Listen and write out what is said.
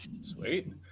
Sweet